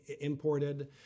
imported